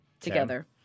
together